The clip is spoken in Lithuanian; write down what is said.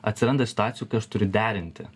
atsiranda situacijų kai aš turiu derinti